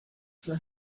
for